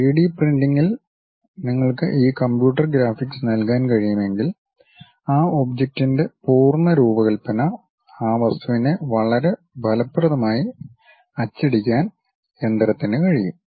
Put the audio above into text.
three D പ്രിന്റിംഗിൽ നിങ്ങൾക്ക് ഈ കമ്പ്യൂട്ടർ ഗ്രാഫിക്സ് നൽകാൻ കഴിയുമെങ്കിൽ ആ ഒബ്ജക്റ്റിന്റെ പൂർണ്ണ രൂപകൽപ്പന ആ വസ്തുവിനെ വളരെ ഫലപ്രദമായി അച്ചടിക്കാൻ യന്ത്രത്തിന് കഴിയും